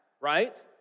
right